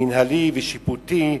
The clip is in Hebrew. מינהלי ושיפוטי,